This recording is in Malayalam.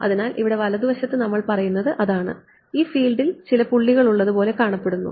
അതിനാൽ ഇവിടെ വലതുവശത്ത് നമ്മൾ പറയുന്നത് അതാണ് ഈ ഫീൽഡിൽ ചില പുള്ളികൾ ഉള്ളതുപോലെ കാണപ്പെടുന്നു